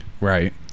Right